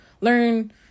learn